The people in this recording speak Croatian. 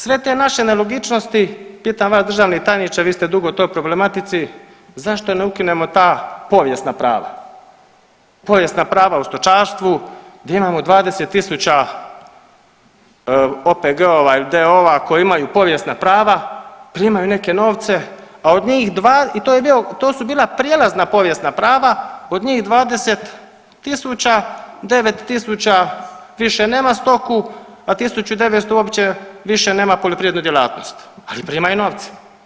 Sve te naše nelogičnosti, pitam vas državni tajniče vi ste dugo u toj problematici, zašto ne ukinemo ta povijesna prava, povijesna prava u stočarstvu, gdje imamo 20.000 OPG-ova ili … koji imaju povijesna prava primaju neke novce i to su bila prijelazna povijesna prava, od njih 20.000 9.000 više nema stoku, a 1.900 uopće nema poljoprivrednu djelatnost, ali primaju novce.